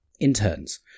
interns